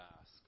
ask